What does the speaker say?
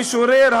המשורר,